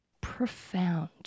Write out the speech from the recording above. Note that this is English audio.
profound